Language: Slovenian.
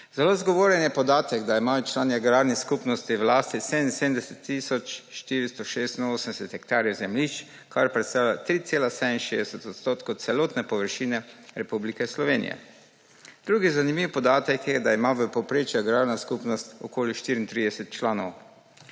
Zelo zgovoren je podatek, da imajo člani agrarnih skupnosti v lasti 77 tisoč 486 hektarjev zemljišč, kar predstavlja 3,67 % celotne površine Republike Slovenije. Drug zanimiv podatek je, da ima v povprečju agrarna skupnost okoli 34 članov.